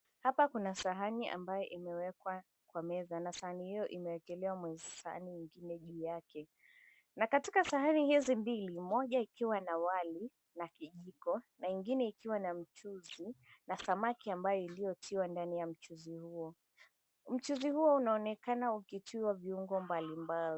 Hapa kuna sahani ambayo imewekwa kwa meza na sahani hiyo imewekelea sahani nyingine juu yake na katika sahani hizi mbili moja ikiwa na wali na kijiko na ingine ikiwa na mchuzi na samaki ambaye iliyotiwa ndani ya mchuzi huo. Mchuzi huo unaonekana ukitiwa viungo mbalimbali.